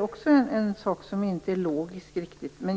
Också det är något som inte är logiskt riktigt.